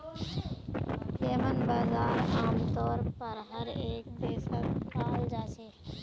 येम्मन बजार आमतौर पर हर एक देशत पाल जा छे